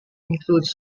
includes